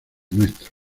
ntro